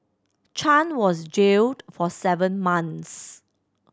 Chan was jailed for seven months